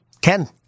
Ken